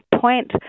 point